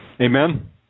Amen